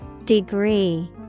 Degree